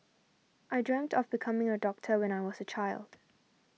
I dreamt of becoming a doctor when I was a child